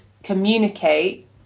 communicate